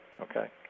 okay